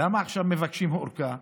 למה עכשיו מבקשים ארכה?